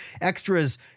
Extras